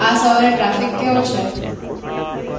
આ સવારે ટ્રાફિક કેવો છે